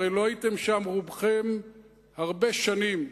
הרי לא הייתם שם רובכם הרבה שנים,